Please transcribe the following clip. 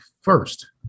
first